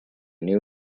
new